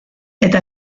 eta